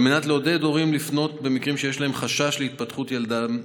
על מנת לעודד הורים לפנות במקרים שיש להם חשש להתפתחות ילדם,